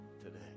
today